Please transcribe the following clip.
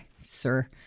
Sir